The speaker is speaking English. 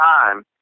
time